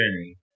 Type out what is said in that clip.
journey